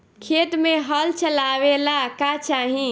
खेत मे हल चलावेला का चाही?